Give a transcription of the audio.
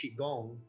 qigong